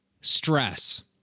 stress